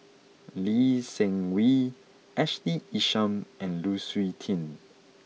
Lee Seng Wee Ashley Isham and Lu Suitin